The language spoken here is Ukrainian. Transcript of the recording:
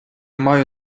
маю